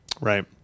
Right